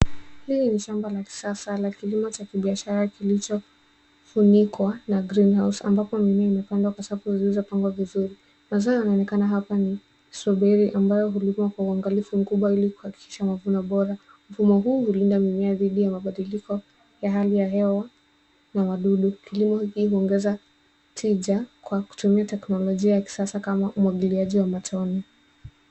Hili ni shamba la kisasa la kilimo cha kibiashara kilichofunikwa na green house ambapo mimea imepandwa kwa safu zilizopangwa vizuri. Mazao yanayoonekana hapa ni strawberry ambayo hulimwa kwa uangalifu mkubwa ili kuhakikisha mavuno bora. Mfumo huu hulinda mimea dhidi ya mabadiliko ya hali ya hewa na wadudu. Kilimo hiki huongeza tija kwa kutumia teknolojia ya kisasa kama umwagiliaji wa matone.